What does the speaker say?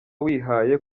wihaye